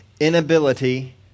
inability